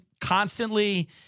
constantly